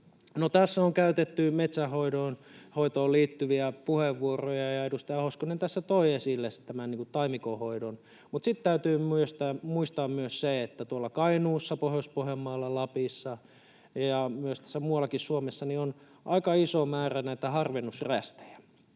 tässä on käytetty metsänhoitoon liittyviä puheenvuoroja, ja edustaja Hoskonen tässä toi esille tämän taimikonhoidon, mutta sitten täytyy muistaa myös se, että tuolla Kainuussa, Pohjois-Pohjanmaalla, Lapissa ja myös täällä muuallakin Suomessa on aika iso määrä näitä harvennusrästejä,